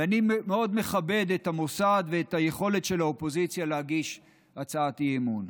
ואני מכבד מאוד את המוסד ואת היכולת של האופוזיציה להגיש הצעת אי-אמון.